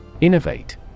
Innovate